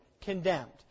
condemned